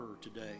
today